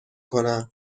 کنم